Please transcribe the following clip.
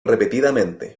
repetidamente